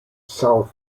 south